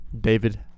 David